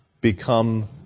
become